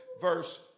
verse